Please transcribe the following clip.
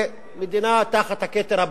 זה מדינה תחת הכתר הבריטי,